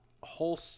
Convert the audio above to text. whole